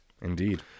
Indeed